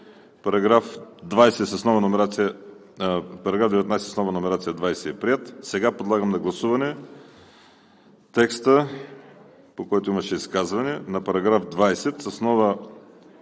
Параграф 19 с нова номерация –§ 20, е приет. Подлагам на гласуване текста, по който имаше изказване на § 20 с нова